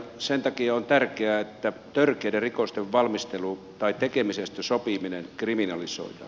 sen takia on tärkeää että törkeiden rikosten valmistelu tai tekemisestä sopiminen kriminalisoidaan